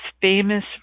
famous